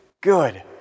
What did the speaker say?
good